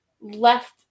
left